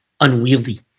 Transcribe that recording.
unwieldy